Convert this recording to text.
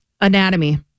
anatomy